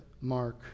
mark